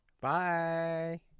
Bye